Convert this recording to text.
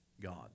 God